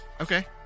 Okay